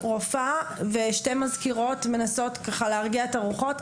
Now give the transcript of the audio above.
רופאה ושתי מזכירות מנסות להרגיע את הרוחות,